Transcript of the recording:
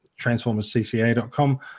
TransformersCCA.com